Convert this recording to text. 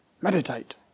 Meditate